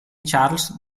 charles